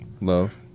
Love